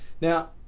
now